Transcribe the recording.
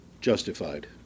justified